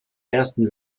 ersten